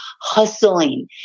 hustling